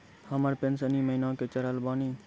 हमर पेंशन ई महीने के चढ़लऽ बानी?